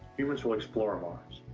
humans will explore mars.